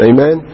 Amen